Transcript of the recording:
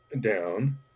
down